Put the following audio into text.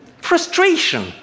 frustration